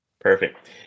Perfect